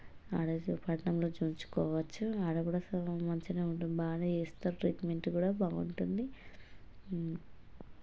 ఆడ చూ పట్టణంలో చూయించుకోవచ్చు ఆడ గూడా సగం మంచిగనే ఉంటుంది బానే చేస్తరు ట్రీట్మెంట్ గూడా బాగుంటుంది